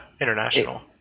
international